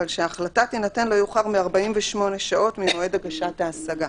אבל שההחלטה תינתן לא יאוחר מ-48 שעות ממועד הגשת ההשגה.